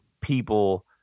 people